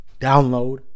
download